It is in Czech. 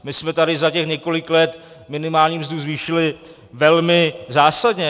My jsme tady za těch několik let minimální mzdu zvýšili velmi zásadně.